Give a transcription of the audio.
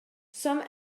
some